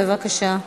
בבקשה.